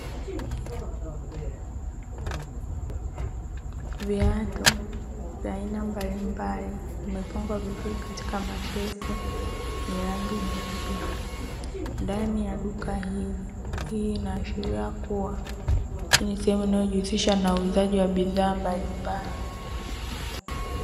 Viatu vya aina mbalimbali vimepangwa vizuri katika mashelfu yenye rangi nyeupe ndani ya duka hili. Hii inaashiria kuwa hii ni sehemu inayojihusisha na uuzaji wa bidhaa mbalimbali.